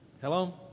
Hello